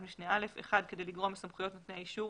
משנה (א) - כדי לגרוע מסמכויות נותני האישור